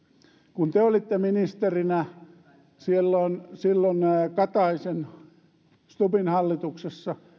kun te olitte ministerinä silloin kataisen ja stubbin hallituksessa